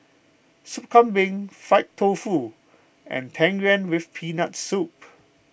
Sup Kambing Fried Tofu and Tang Yuen with Peanut Soup